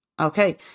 Okay